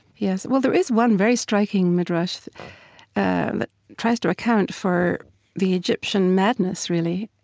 yes. well, there is one very striking midrash and that tries to account for the egyptian madness, really,